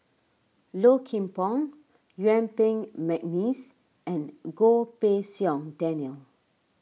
Low Kim Pong Yuen Peng McNeice and Goh Pei Siong Daniel